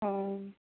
অঁ